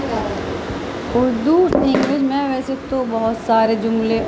Urdu language میں ویسے تو بہت سارے جملے